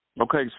Okay